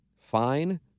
Fine